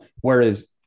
whereas